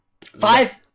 Five-